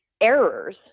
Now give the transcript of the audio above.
errors